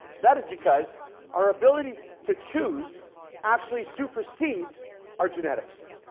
that is because our ability to choose actually supersedes our genetics.